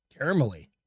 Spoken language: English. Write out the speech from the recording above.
Caramelly